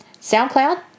SoundCloud